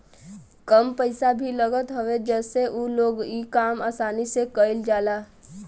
कम पइसा भी लागत हवे जसे उ लोग इ काम आसानी से कईल जाला